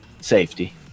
safety